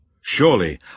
Surely